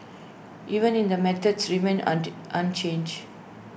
even in the methods remain unchanged